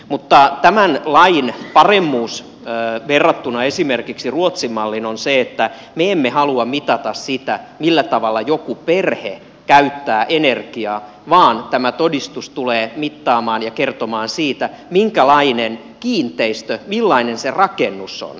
mutta tämän lain paremmuus verrattuna esimerkiksi ruotsin malliin on se että me emme halua mitata sitä millä tavalla joku perhe käyttää energiaa vaan tämä todistus tulee mittaamaan ja kertomaan siitä minkälainen kiinteistö millainen se rakennus on